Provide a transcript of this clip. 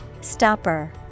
Stopper